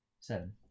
seven